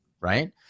right